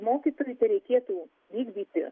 mokytojui tereikėtų vykdyti